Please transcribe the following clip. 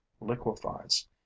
liquefies